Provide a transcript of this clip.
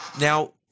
Now